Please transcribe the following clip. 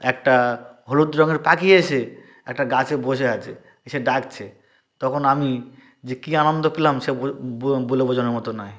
একটা হলুদ রঙের পাখি এসে একটা গাছে বসে আছে এসে ডাকছে তখন আমি যে কি আনন্দ পেলাম সে বলে বলে বোঝানোর মতো নয়